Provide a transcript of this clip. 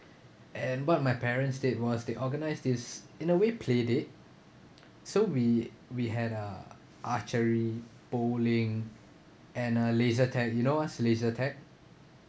and what my parents did was they organise this in a way play date so we we had a archery bowling and a laser tag you know what's laser tag